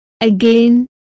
again